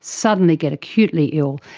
suddenly get acutely ill,